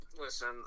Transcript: listen